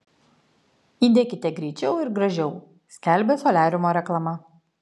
įdekite greičiau ir gražiau skelbia soliariumo reklama